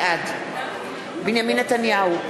בעד בנימין נתניהו,